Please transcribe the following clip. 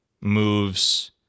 moves